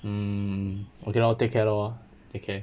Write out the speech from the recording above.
mm okay lor take care lor take care